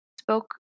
spoke